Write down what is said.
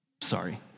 Sorry